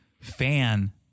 fan